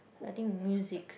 I think music